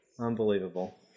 Unbelievable